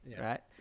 right